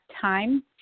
time